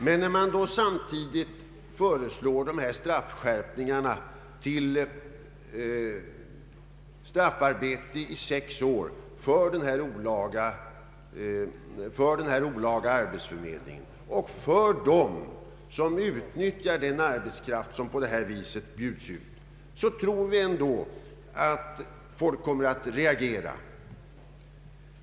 Men när man samtidigt föreslår dessa straffskärpningar till straffarbete i sex månader för olaga arbetsförmedling och för dem som utnyttjar den arbetskraft, vilken på detta sätt bjuds ut, tror vi ändå att folk kommer att reagera.